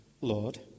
Lord